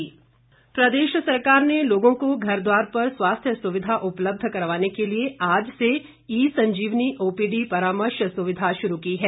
ई संजीवनी प्रदेश सरकार ने लोगों को घरद्वार पर स्वास्थ्य सुविधा उपलब्ध करवाने के लिए आज से ई संजीवनी ओपीडी परामर्श सुविधा शुरू की है